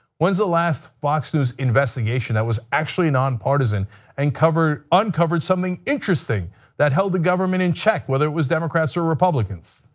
when is the last fox news investigation that was actually nonpartisan and uncovered something interesting that held the government in check whether it was democrats or republicans?